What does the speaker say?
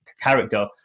character